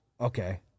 okay